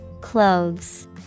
Clothes